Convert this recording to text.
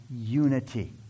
unity